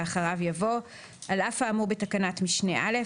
ואחריו יבוא: "(ב) על אף האמור בתקנת משנה (א),